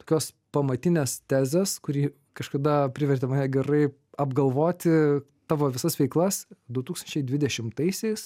tokios pamatinės tezės kuri kažkada privertė mane gerai apgalvoti tavo visas veiklas du tūkstančiai dvidešimtaisiais